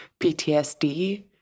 PTSD